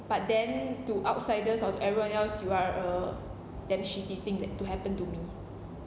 but then to outsiders or to everyone else you are a damn shitty thing that to happen to me